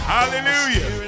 Hallelujah